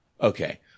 okay